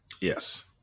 Yes